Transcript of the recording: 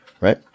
Right